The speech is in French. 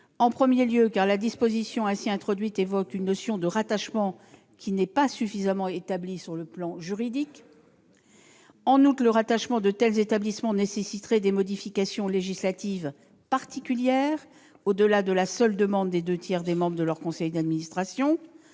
: d'abord, la disposition introduite évoque une notion de rattachement qui n'est pas suffisamment établie sur le plan juridique ; ensuite, le « rattachement » de tels établissements nécessiterait des modifications législatives particulières au-delà de la seule demande des deux tiers des membres de leur conseil d'administration